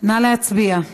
נא להצביע.